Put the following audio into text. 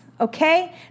Okay